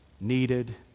needed